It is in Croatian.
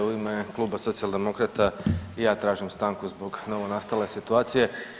U ime Kluba Socijaldemokrata i ja tražim stanku zbog novonastale situacije.